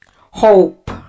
hope